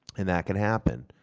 and that can happen.